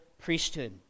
priesthood